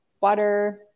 water